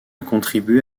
contribué